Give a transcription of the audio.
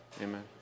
amen